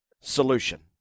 solution